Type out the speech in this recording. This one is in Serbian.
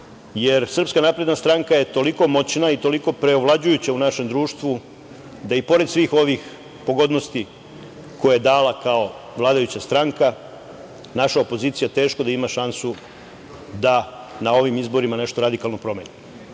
nije tako, jer SNS je toliko moćna i toliko preovlađujuća u našem društvu da i pored svih ovih pogodnosti koje je dala kao vladajuća stranka, naša opozicija teško da ima šansu da na ovim izborima nešto radikalno promeni. Bez